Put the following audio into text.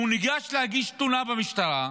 הוא ניגש להגיש תלונה במשטרה,